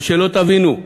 ושלא תבינו,